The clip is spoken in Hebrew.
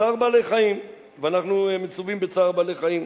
צער בעלי-חיים, ואנחנו מצווים בצער בעלי-חיים.